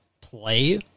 play